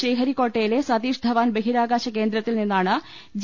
ശ്രീഹരിക്കോട്ടയിലെ സതീഷ് ധവാൻ ബഹിരാകാശ കേന്ദ്രത്തിൽ നിന്നാണ് ജി